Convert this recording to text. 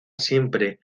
siempre